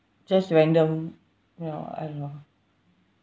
just random you know I don't know